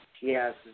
Yes